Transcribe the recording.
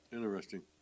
Interesting